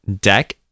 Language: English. deck